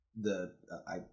the—I